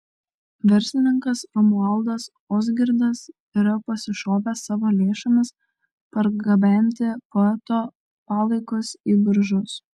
verslininkas romualdas ozgirdas yra pasišovęs savo lėšomis pargabenti poeto palaikus į biržus